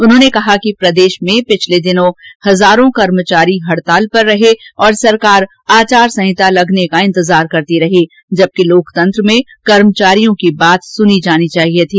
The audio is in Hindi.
उन्होंने कहा कि प्रदेश में पिछले दिनों हजारों कर्मचारी हडताल पर रहे और सरकार आचार संहिता लगने का इंतजार करती रही जबकि लोकतंत्र में कर्मचारियों की बात सुनी जानी चाहिए थी